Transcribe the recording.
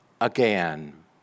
again